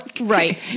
Right